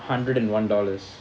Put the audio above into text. hundred and one dollars